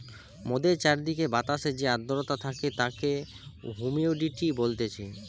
মোদের চারিদিকের বাতাসে যে আদ্রতা থাকে তাকে হুমিডিটি বলতিছে